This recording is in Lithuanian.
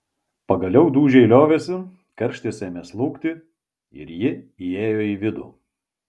pagaliau dūžiai liovėsi karštis ėmė slūgti ir ji įėjo į vidų